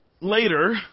later